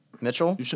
Mitchell